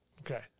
Okay